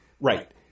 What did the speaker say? right